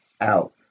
out